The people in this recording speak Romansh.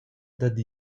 dad